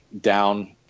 down